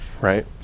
Right